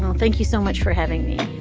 thank you so much for having me.